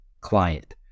client